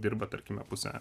dirba tarkime pusę